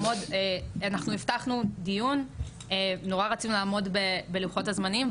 הבטחנו דיון ונורא רצינו לעמוד בלוחות הזמנים,